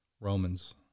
Romans